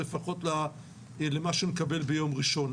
אז לפחות למה שנקבל ביום ראשון.